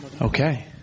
Okay